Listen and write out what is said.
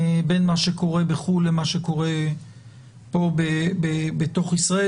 בין מה שקורה בחו"ל למה שקורה פה, בתוך ישראל.